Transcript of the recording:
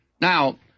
Now